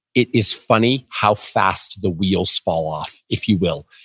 it is funny how fast the wheels fall off, if you will.